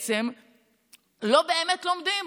בעצם לא באמת לומדים.